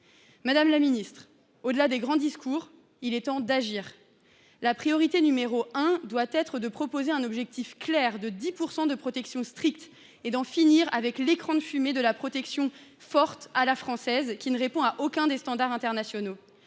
Madame la ministre, au delà des grands discours, il est temps d’agir. Notre priorité doit être de proposer un objectif clair de 10 % de protection stricte et d’en finir avec l’écran de fumée de la protection forte « à la française », qui ne répond à aucun des standards internationaux.